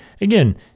again